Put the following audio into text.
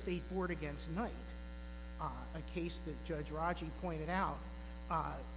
state board against not a case the judge raji pointed out